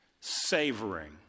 savoring